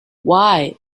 why